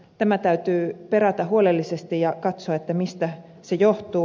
tämä täytyy perata huolellisesti ja katsoa mistä se johtuu